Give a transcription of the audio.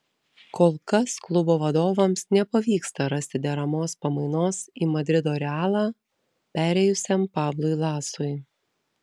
kol kas klubo vadovams nepavyksta rasti deramos pamainos į madrido realą perėjusiam pablui lasui